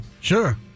Sure